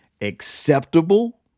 acceptable